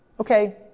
Okay